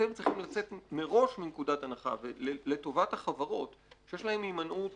אתם צריכים לצאת מראש מנקודת הנחה לטובת החברות שיש להן הימנעות